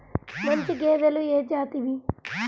మంచి గేదెలు ఏ జాతివి?